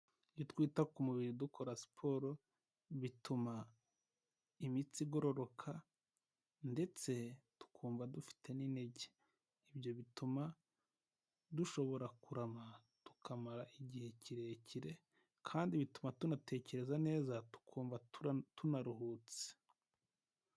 Iyo twita ku mubiri dukora siporo, bituma imitsi igororoka ndetse tukumva dufite n'intege, ibyo bituma dushobora kurama tukamara igihe kirekire kandi bituma tunatekereza neza tukumva tunaruhutse.